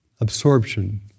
Absorption